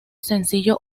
sencillo